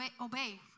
obey